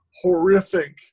horrific